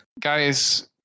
Guys